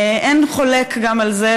אין חולק גם על זה,